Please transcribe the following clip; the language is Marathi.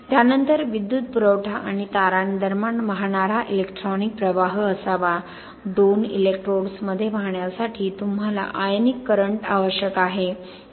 त्यानंतर विद्युत पुरवठा आणि तारांदरम्यान वाहणारा इलेक्ट्रॉनिक प्रवाह असावा दोन इलेक्ट्रोड्समध्ये वाहण्यासाठी तुम्हाला आयनिक करंट आवश्यक आहे